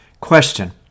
Question